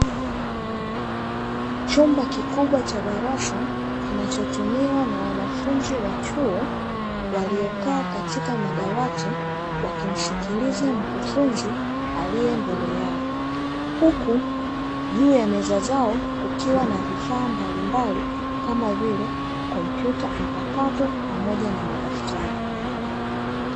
Chumba kikubwa cha darasa kinachotumiwa na wanafunzi wa chuo waliokaa katika madawati wakimsikiliza mkufunzi aliye mbele yao. Huku juu ya meza zao kukiwa na vifaa mbalimbali kama vile kompyuta mpakatu pamoja na madaftari.